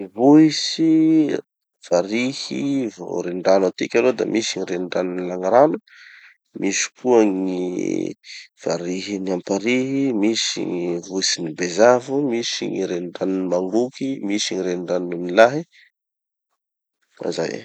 Any vohitsy, farihy, vo renirano atiky aloha da misy gny reniranon'ny lanirano, misy koa gny farihin'ny amparihy, misy gny vohitsin'ny bezavo, misy gny reniranon'ny mangoky, misy gny reniranon'ny onilahy. Da zay.